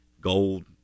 gold